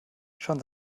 schon